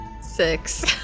Six